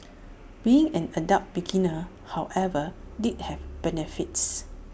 being an adult beginner however did have benefits